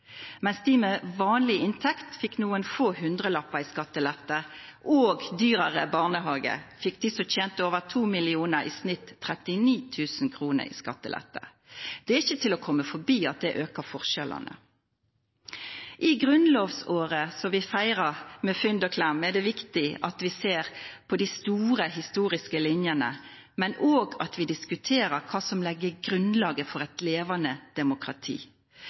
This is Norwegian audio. Mens de med vanlig inntekt fikk noen hundrelapper i skattelette og dyrere barnehage, fikk de som tjente over 2 mill. kr, i snitt 39 000 kr i skattelette. Det er ikke til å komme forbi at det øker forskjellene. I grunnlovsåret, som vi feirer med fynd og klem, er det viktig at vi ser på de store historiske linjene, men òg at vi diskuterer hva som legger grunnlaget for et levende demokrati.